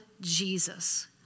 Jesus